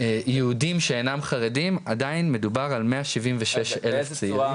יהודים שאינם חרדים עדיין מדובר על מאה שבעים ושישה אלף צעירים.